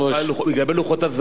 לגבי לוחות הזמנים,